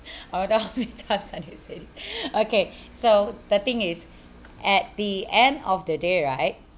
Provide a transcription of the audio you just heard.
oh how many times I can say it okay so the thing is at the end of the day right